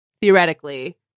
theoretically